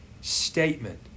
statement